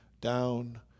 down